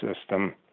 system